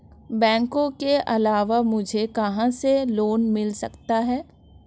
बैंकों के अलावा मुझे कहां से लोंन मिल सकता है?